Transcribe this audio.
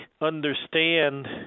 understand